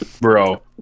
Bro